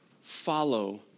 Follow